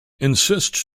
insists